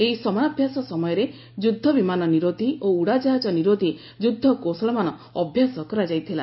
ଏହି ସମରାଭ୍ୟାସ ସମୟରେ ଯୁଦ୍ଧ ବିମାନ ନିରୋଧୀ ଓ ଉଡ଼ାଜହାଜ ନିରୋଧୀ ଯୁଦ୍ଧ କୌଶଳମାନ ଅଭ୍ୟାସ କରାଯାଇଥିଲା